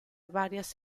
varias